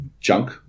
junk